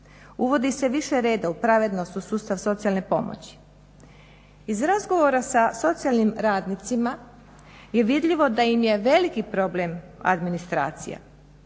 Uvodi se više reda u pravednost u sustav socijalne pomoći. Iz razgovora sa socijalnim radnicima je vidljivo da im je veliki problem administracija.